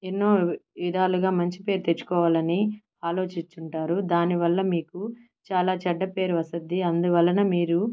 ఎన్నో విధాలుగా మంచిపేరు తెచ్చుకోవాలని ఆలోచిచుంటారు దానివల్ల మీకు చాలా చెడ్డ పేరు వస్తుంది అందువలన మీరు